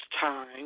time